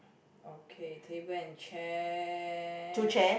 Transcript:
okay table and chair